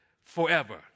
forever